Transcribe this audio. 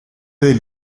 del